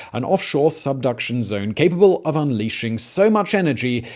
an offshore subduction zone capable of unleashing so much energy,